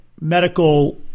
medical